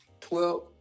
twelve